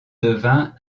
devint